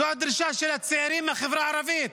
זו הדרישה של הצעירים מהחברה הערבית.